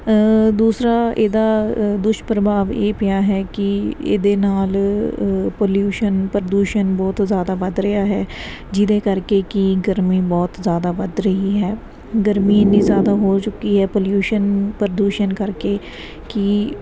ਦੂਸਰਾ ਇਹਦਾ ਦੁਸ਼ਪ੍ਰਭਾਵ ਇਹ ਪਿਆ ਹੈ ਕਿ ਇਹਦੇ ਨਾਲ ਪੋਲਿਊਸ਼ਨ ਪ੍ਰਦੂਸ਼ਣ ਬਹੁਤ ਜ਼ਿਆਦਾ ਵੱਧ ਰਿਹਾ ਹੈ ਜਿਹਦੇ ਕਰਕੇ ਕਿ ਗਰਮੀ ਬਹੁਤ ਜ਼ਿਆਦਾ ਵੱਧ ਰਹੀ ਹੈ ਗਰਮੀ ਇੰਨੀ ਜ਼ਿਆਦਾ ਹੋ ਚੁੱਕੀ ਹੈ ਪੋਲਿਊਸ਼ਨ ਪ੍ਰਦੂਸ਼ਣ ਕਰਕੇ ਕਿ